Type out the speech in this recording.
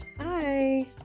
Hi